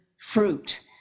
fruit